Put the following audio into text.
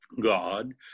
god